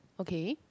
okay